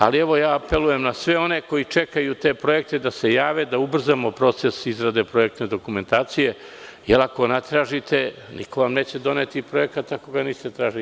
Ali, apelujem na sve one koji čekaju te projekte da se jave, da ubrzamo proces izrade projektne dokumentacije, jer ako ne tražite, niko vam neće doneti projekat ako ga niste tražili.